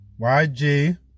YG